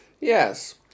Yes